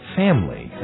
family